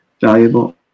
valuable